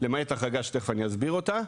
למעט החרגה שתכף אני אסביר אותה.